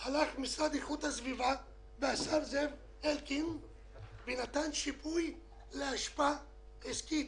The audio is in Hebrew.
הלך המשרד להגנת הסביבה והשר זאב אלקין ונתן שיפוי לאשפה עסקית.